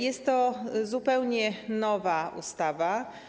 Jest to zupełnie nowa ustawa.